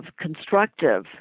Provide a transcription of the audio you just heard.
constructive